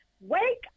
Wake